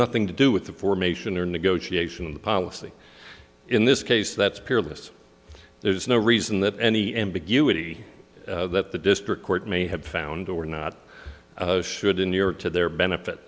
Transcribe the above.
nothing to do with the formation or negotiation of the policy in this case that's peerless there's no reason that any ambiguity that the district court may have found or not should in new york to their benefit